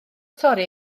torri